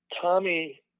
Tommy